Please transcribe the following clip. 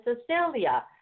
Cecilia